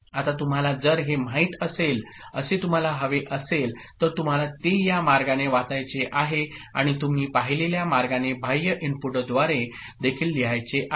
आतातुम्हालाजरहे माहितअसेल असेतुम्हाला हवेअसेल तरतुम्हाला ते या मार्गाने वाचायचे आहे आणि तुम्ही पाहिलेल्या मार्गाने बाह्य इनपुटद्वारे देखील लिहायचे आहे